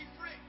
free